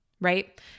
right